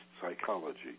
psychology